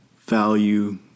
value